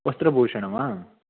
वस्त्रभूषणं वा